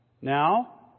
now